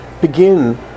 begin